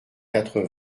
quatre